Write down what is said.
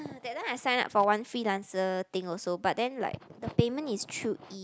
that time I signed up for one freelancer thing also but then like the payment is through E